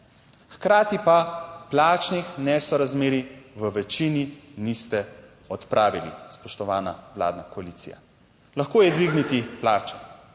hkrati pa plačnih nesorazmerij v večini niste odpravili, spoštovana vladna koalicija. Lahko je dvigniti plače,